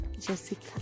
Jessica